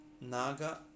naga